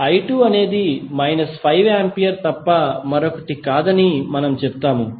i2అనేది minus 5 ampere లు తప్ప మరొకటి కాదని మేము చెబుతాము